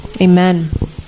amen